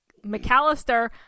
McAllister